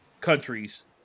countries